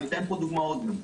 אני אתן פה דוגמאות גם,